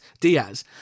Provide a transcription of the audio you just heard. Diaz